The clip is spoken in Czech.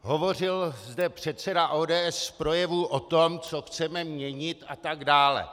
Hovořil zde předseda ODS v projevu o tom, co chceme měnit atd.